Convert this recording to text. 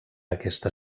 aquesta